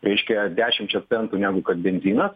reiškia dešimčia centų negu kad benzinas